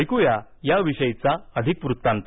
ऐकुया याविषयीचा अधिक वृत्तांत